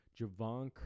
Javon